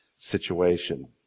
situation